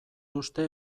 uste